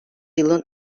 yılın